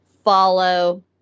follow